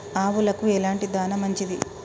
ఆవులకు ఎలాంటి దాణా మంచిది?